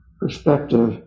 perspective